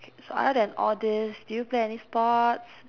so other than all these do you play any sports